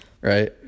right